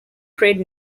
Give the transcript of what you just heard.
trade